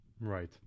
Right